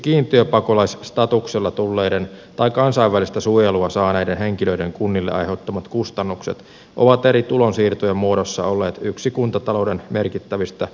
erityisesti kiintiöpakolaisstatuksella tulleiden tai kansainvälistä suojelua saaneiden henkilöiden kunnille aiheuttamat kustannukset ovat eri tulonsiirtojen muodossa olleet yksi kuntatalouden merkittävistä kipupisteistä